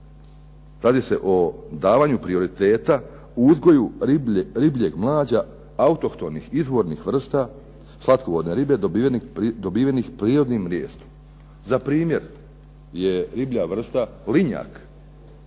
radi se o davanju prioriteta u uzgoju ribljeg mlađa autohtonih izvornih vrsta slatkovodne ribe dobivenih prirodnim mrijestom. Za primjer je riblja vrsta linjak